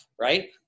right